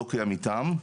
לא קיים מיתאם.